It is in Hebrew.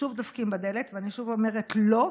שוב דופקים בדלת, ואני שוב אומרת: לא.